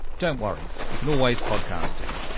don't worry you can always podcast it.